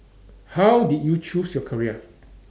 how did you choose your career